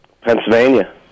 Pennsylvania